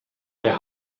der